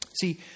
See